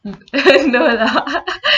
mm eh no lah